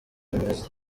bimeze